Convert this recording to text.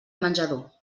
menjador